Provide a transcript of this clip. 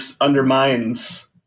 undermines